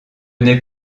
n’ai